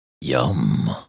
Yum